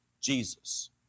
Jesus